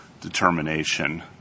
determination